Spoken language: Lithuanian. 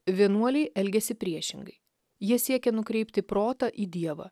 vienuoliai elgiasi priešingai jie siekia nukreipti protą į dievą